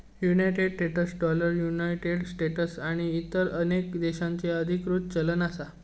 United States dollar ह्या United States आणि इतर अनेक देशांचो अधिकृत चलन असा